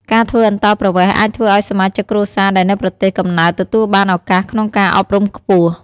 ការធ្វើអន្តោប្រវេស៍អាចធ្វើឱ្យសមាជិកគ្រួសារដែលនៅប្រទេសកំណើតទទួលបានឱកាសក្នុងការអប់រំខ្ពស់។